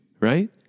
right